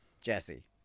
Jesse